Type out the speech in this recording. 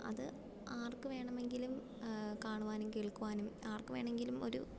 അത് ആർക്ക് വേണമെങ്കിലും കാണുവാനും കേൾക്കുവാനും ആർക്ക് വേണമെങ്കിലും ഒരു